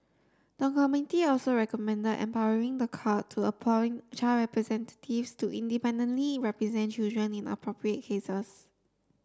the committee also recommended empowering the court to appoint child representatives to independently represent children in appropriate cases